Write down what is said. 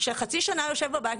שחצי שנה יושב בבית,